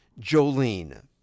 Jolene